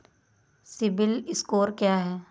CIBIL score क्या है?